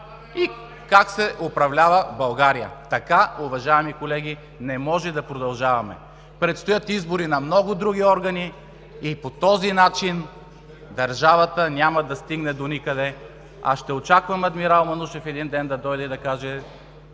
и как се управлява България. (Шум и реплики от ГЕРБ.) Уважаеми колеги, не може да продължаваме така! Предстоят избори на много други органи и по този начин държавата няма да стигне доникъде. Ще очаквам адмирал Манушев един ден да дойде и да каже: